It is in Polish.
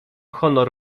honor